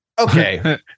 okay